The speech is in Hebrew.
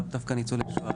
לאו דווקא ניצולי שואה,